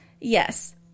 Yes